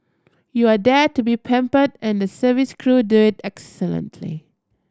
you are there to be pampered and the service crew do it excellently